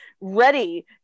ready